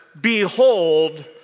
behold